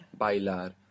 Bailar